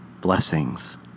Blessings